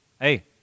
hey